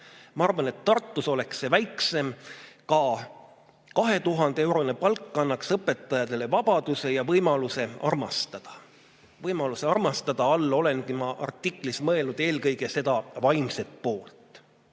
Ma arvan, et Tartus oleks see summa väiksem. Ka 2000‑eurone palk annaks õpetajatele vabaduse ja võimaluse armastada. Võimaluse all armastada olengi ma artiklis mõelnud eelkõige seda vaimset poolt. See